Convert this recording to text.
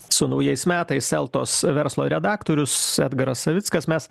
su naujais metais eltos verslo redaktorius edgaras savickas mes